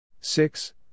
Six